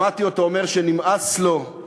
שמעתי אותו אומר שנמאס לו,